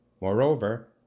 Moreover